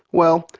well,